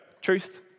truth